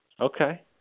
Okay